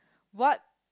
what